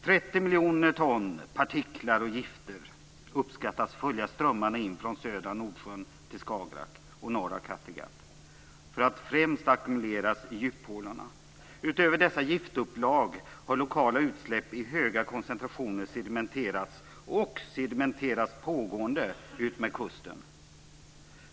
30 miljoner ton partiklar och gifter uppskattas följa strömmarna in från södra Nordsjön till Skagerrak och norra Kattegatt för att främst ackumuleras i djuphålorna. Utöver dessa giftupplag har lokala utsläpp i höga koncentrationer sedementerats och sedementeras pågående utmed kusten.